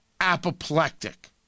apoplectic